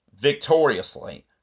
victoriously